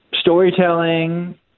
storytelling